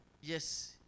Yes